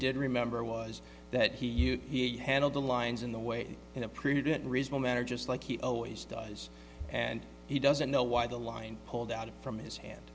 did remember was that he used he handled the lines in the way in a prudent reason manner just like he always does and he doesn't know why the line pulled out from his hand